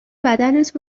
بدنت